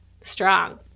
strong